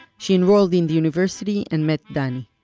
she enrolled in the university, and met danny.